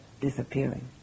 disappearing